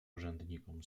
urzędnikom